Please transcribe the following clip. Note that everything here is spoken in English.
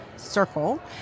Circle